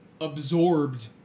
absorbed